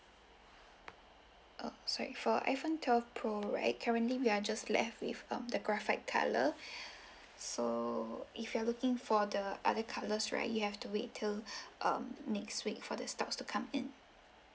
uh sorry for iphone twelve pro right currently we are just left with um the graphite colour so if you are looking for the other colours right you have to wait till um next week for the stocks to come in